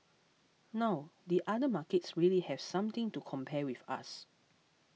now the other markets really have something to compare with us